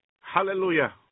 Hallelujah